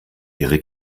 ihre